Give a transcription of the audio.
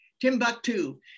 timbuktu